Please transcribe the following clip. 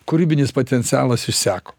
kūrybinis potencialas išseko